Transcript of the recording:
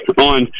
on